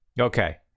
okay